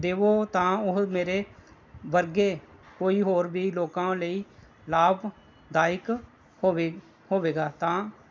ਦੇਵੋ ਤਾਂ ਉਹ ਮੇਰੇ ਵਰਗੇ ਕਈ ਹੋਰ ਵੀ ਲੋਕਾਂ ਲਈ ਲਾਭਦਾਇਕ ਹੋਵੇਗਾ ਹੋਵੇਗਾ ਤਾਂ